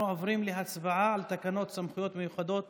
אנחנו עוברים להצבעה על תקנות סמכויות מיוחדות